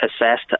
assessed